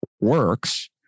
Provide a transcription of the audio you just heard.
works